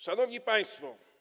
Szanowni Państwo!